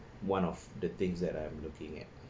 one of the things that I'm looking at